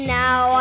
now